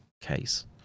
case